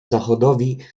zachodowi